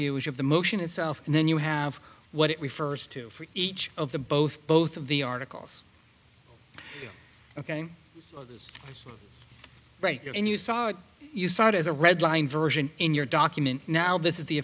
you which of the motion itself and then you have what it refers to from each of the both both of the articles ok it's right there and you saw it you saw it as a red line version in your document now this is the